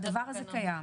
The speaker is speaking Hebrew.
הדבר הזה קיים.